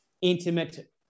intimate